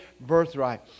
birthright